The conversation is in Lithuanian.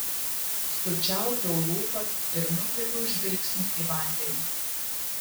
sučiaupiau lūpas ir nukreipiau žvilgsnį į vandenį